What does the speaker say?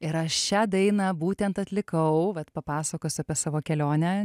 ir aš šią dainą būtent atlikau vat papasakoiu apie savo kelionę